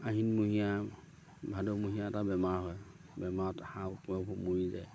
আহিনমহীয়া ভাদমহীয়া এটা বেমাৰ হয় বেমাৰত হাঁহ কুকুৰাবোৰ মৰি যায়